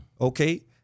Okay